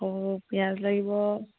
অ' পিঁয়াজ লাগিব